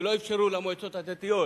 שלא אפשרו למועצות הדתיות